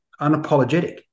unapologetic